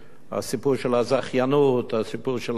הסיפור של הזכיינות, הסיפור של המדריכים,